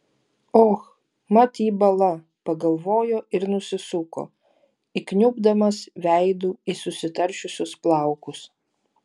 och mat jį bala pagalvojo ir nusisuko įkniubdamas veidu į susitaršiusius plaukus